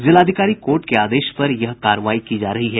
जिलाधिकारी कोर्ट के आदेश पर यह कार्रवाई की जा रही है